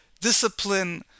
discipline